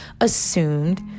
assumed